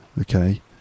Okay